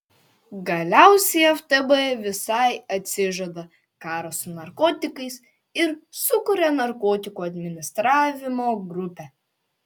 galiausiai ftb visai atsižada karo su narkotikais ir sukuria narkotikų administravimo grupę